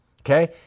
Okay